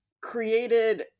created